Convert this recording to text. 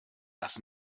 das